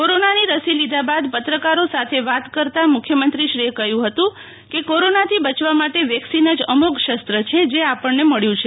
કોરોનાની રસી લીધા બાદ પત્રકારો સાથે વાત કરતાં મુખ્યમંત્રી શ્રી કહ્યુ હતું કે કોરોનાથી બચવા માટે વેકિસન જ અમોધ શસ્ત્ર છે જે આપણને મળ્યુ છે